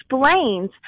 explains